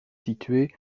située